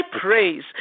praise